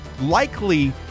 likely